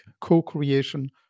co-creation